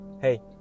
hey